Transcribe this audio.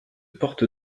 porte